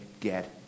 get